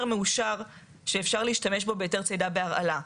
מאושר שאפשר להשתמש בו בהיתר צידה בהרעלה.